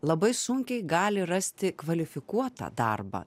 labai sunkiai gali rasti kvalifikuotą darbą